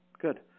good